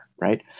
Right